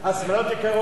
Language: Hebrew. השמלות יקרות.